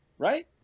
Right